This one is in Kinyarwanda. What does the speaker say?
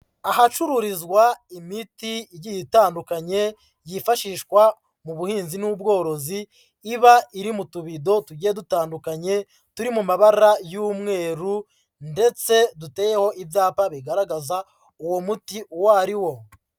Ahacururizwa imiti igiye itandukanye yifashishwa mu buhinzi n'ubworozi, iba iri mu tubido tugiye dutandukanye turi mu mabara y'umweru ndetse duteyeho ibyapa bigaragaza uwo muti uwo ari wo.